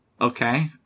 Okay